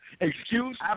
Excuse